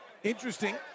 Interesting